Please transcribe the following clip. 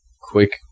quick